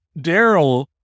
Daryl